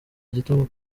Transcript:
igitugu